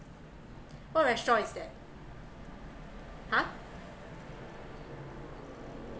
what restaurant is that !huh!